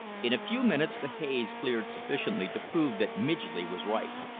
in a few minutes the haze cleared sufficiently to prove that midgley was right.